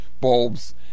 bulbs